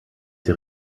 der